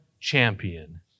champion